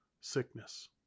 sickness